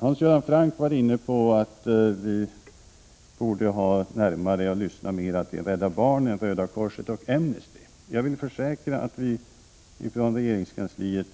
Hans Göran Franck vill att vi skall lyssna mer på företrädare från Rädda barnen, Röda korset och Amnesty. Jag försäkrar att regeringskansliet,